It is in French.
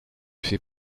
fait